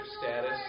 status